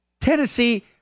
Tennessee